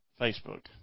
Facebook